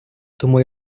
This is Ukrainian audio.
тому